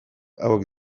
hauek